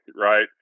right